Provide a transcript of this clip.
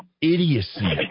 Idiocy